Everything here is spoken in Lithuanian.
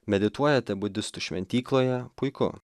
medituojate budistų šventykloje puiku